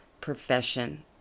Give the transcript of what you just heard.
profession